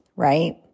Right